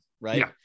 Right